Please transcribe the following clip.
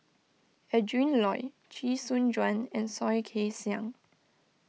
Adrin Loi Chee Soon Juan and Soh Kay Siang